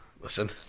listen